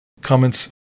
comments